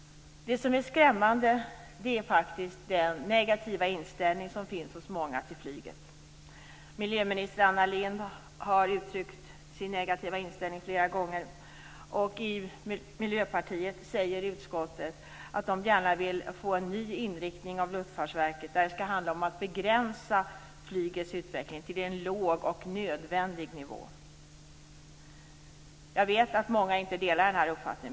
Det som är skrämmande är den negativa inställning som finns hos många till flyget. Miljöminister Anna Lindh har uttryckt sin negativa inställning flera gånger. Miljöpartiets representant säger i utskottet att man gärna vill ha en ny inriktning av Luftfartsverkets verksamhet. Man vill begränsa flygets utveckling till en låg och nödvändig nivå. Jag vet att många inte delar den uppfattningen.